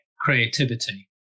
creativity